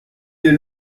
elle